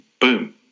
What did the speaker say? Boom